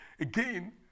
again